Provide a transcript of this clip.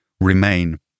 remain